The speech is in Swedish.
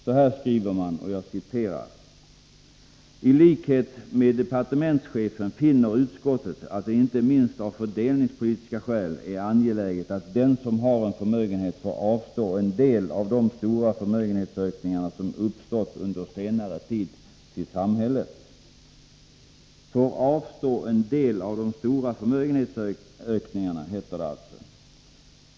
Så här skriver man: ”I likhet med departementschefen finner utskottet att det inte minst av fördelningspolitiska skäl är angeläget att den som har en förmögenhet får avstå en del av de stora förmögenhetsökningarna som uppstått under senare tid till samhället.” Får avstå en del av de stora förmögenhetsökningarna, heter det alltså.